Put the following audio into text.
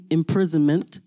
imprisonment